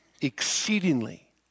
exceedingly